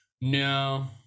No